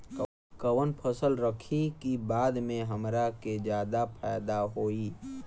कवन फसल रखी कि बाद में हमरा के ज्यादा फायदा होयी?